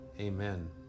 amen